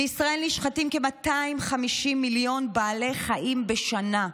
בישראל נשחטים כ-250 מיליון בעלי חיים בשנה,